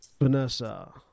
Vanessa